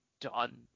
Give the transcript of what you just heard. done